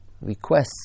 requests